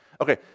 Okay